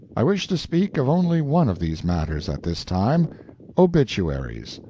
i wish to speak of only one of these matters at this time obituaries.